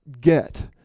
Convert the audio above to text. get